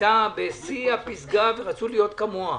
הייתה בשיא הפסגה ורצו להיות כמוה.